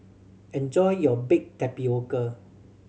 enjoy your baked tapioca